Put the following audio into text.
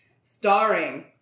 Starring